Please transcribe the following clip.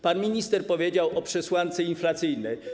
Pan minister powiedział o przesłance inflacyjnej.